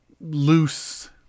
loose